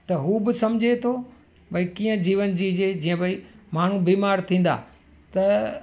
त हू बि सम्झे थो भई कीअं जीवन जी जंहिं जीअं भई माण्हू बीमार थींदा त